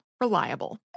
Reliable